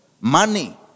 money